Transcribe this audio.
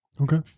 Okay